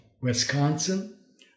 Wisconsin